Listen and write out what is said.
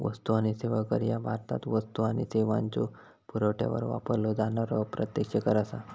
वस्तू आणि सेवा कर ह्या भारतात वस्तू आणि सेवांच्यो पुरवठ्यावर वापरलो जाणारो अप्रत्यक्ष कर असा